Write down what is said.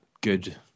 good